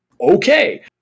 Okay